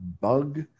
bug